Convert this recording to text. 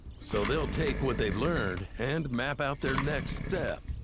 so they'll take what they've learned and map out their next step.